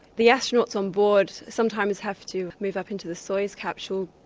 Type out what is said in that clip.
the astronauts on board sometimes have to move up into the soyuz capsule,